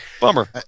bummer